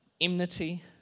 enmity